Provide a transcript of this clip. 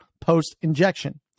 post-injection